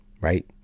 right